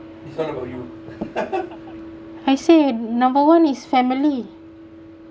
I said number one is family